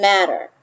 Matter